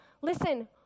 listen